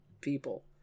People